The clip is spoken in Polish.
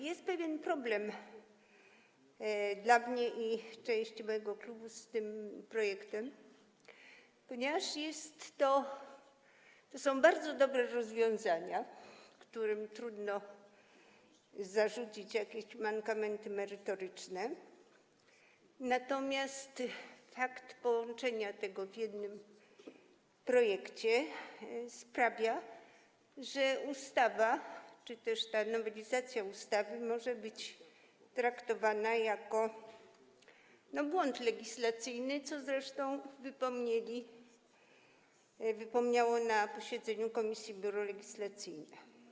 Jest pewien problem dla mnie i części mojego klubu z tym projektem, ponieważ to są bardzo dobre rozwiązania, którym trudno zarzucić jakieś mankamenty merytoryczne, natomiast fakt połączenia tego w jednym projekcie sprawia, że ta nowelizacja ustawy może być potraktowana jako błąd legislacyjny, co zresztą wypomniało na posiedzeniu komisji Biuro Legislacyjne.